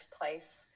place